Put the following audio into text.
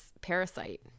parasite